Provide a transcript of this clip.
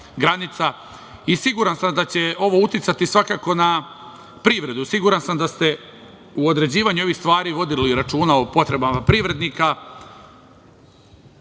Siguran sam da će svakako ovo uticati na privredu. Siguran sam da ste u određivanju ovih stvari vodili računa o potrebama privrednika,